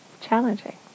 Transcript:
challenging